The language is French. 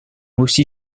aussi